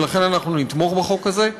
ולכן אנחנו נתמוך בחוק הזה.